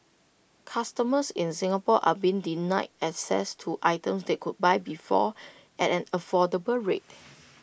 customers in Singapore are being denied access to items they could buy before at an affordable rate